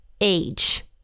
age